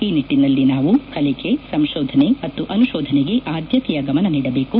ಈ ನಿಟ್ಲಿನಲ್ಲಿ ನಾವು ಕಲಿಕೆ ಸಂಶೋಧನೆ ಮತ್ತು ಅನುಶೋಧನೆಗೆ ಆದ್ಯತೆಯ ಗಮನ ನೀಡಬೇಕು